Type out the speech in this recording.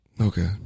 Okay